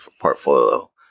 portfolio